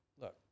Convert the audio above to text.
look